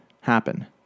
happen